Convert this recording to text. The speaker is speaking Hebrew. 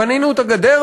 בנינו את הגדר,